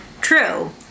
true